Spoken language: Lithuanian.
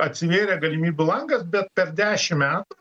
atsivėrė galimybių langas bet per dešim metų